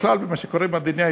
בכלל במה שקורה במדינה,